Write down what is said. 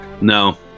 No